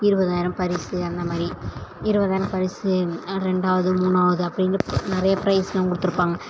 இருபதாயிரம் பரிசு அந்த மாதிரி இருபதாயிரம் பரிசு ரெண்டாவது மூணாவது அப்படின்னு நிறைய ப்ரைஸுலாம் கொடுத்துருப்பாங்க